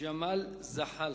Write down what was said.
ג'מאל זחאלקה.